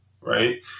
right